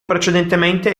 precedentemente